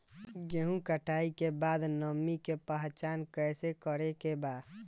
गेहूं कटाई के बाद नमी के पहचान कैसे करेके बा?